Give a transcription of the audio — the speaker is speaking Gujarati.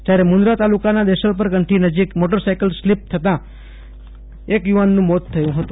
જ્યારે મુન્દ્રા તાલુકાના દેશલપર કંઠી નજીક મોટરસાઈકલ સ્લીપ થઈ જતાં એક યુવાનનું મોત થયું હતું